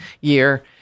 year